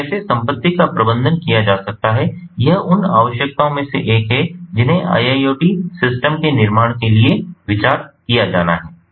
तो कैसे संपत्ति का प्रबंधन किया जा सकता है यह उन आवश्यकताओं में से एक है जिन्हें IIoT सिस्टम के निर्माण के लिए विचार किया जाना है